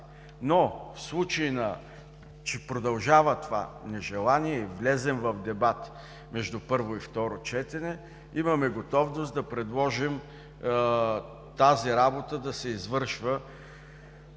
но в случай, че продължава това нежелание и влезем в дебат между първо и второ четене, имаме готовност да предложим тази работа да се извършва